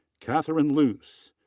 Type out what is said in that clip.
katherine luce.